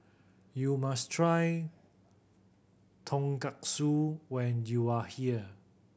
you must try Tonkatsu when you are here